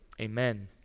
Amen